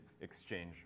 exchange